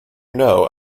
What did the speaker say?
know